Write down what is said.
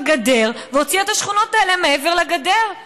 גדר והוציאה את השכונות האלה מעבר לגדר,